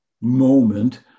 moment